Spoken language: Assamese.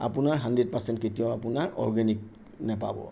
আপোনাৰ হানড্ৰেড পাৰচেণ্ট কেতিয়াও আপোনাৰ অৰ্গেনিক নেপাব